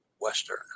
western